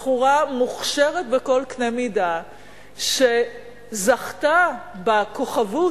בחורה מוכשרת בכל קנה מידה שזכתה בכוכבות